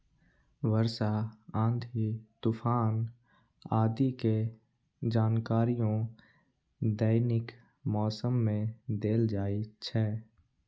वर्षा, आंधी, तूफान आदि के जानकारियो दैनिक मौसम मे देल जाइ छै